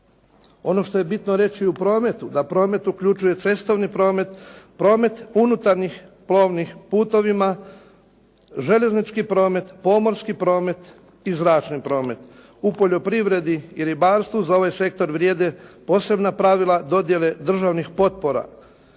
Ono što je bitno reći o prometu da promet uključuje cestovni promet, promet unutarnjih plovnih putovima, željeznički promet, pomorski promet i zračni promet. U poljoprivredi i ribarstvu za ovaj sektor vrijede posebna pravila dodjele državnih potpora